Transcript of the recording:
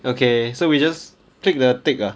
okay so we just click the tick ah